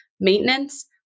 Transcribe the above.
maintenance